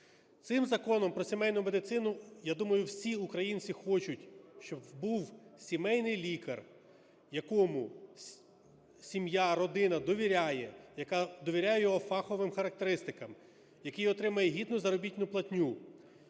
Цим законом про сімейну медицину, я думаю, всі українці хочуть, щоб був сімейний лікар, якому сім'я, родина довіряє, яка довіряє його фаховим характеристикам, який отримає гідну заробітну платню.